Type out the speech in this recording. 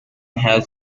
has